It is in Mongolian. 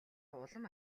улам